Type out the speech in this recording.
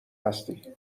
هستی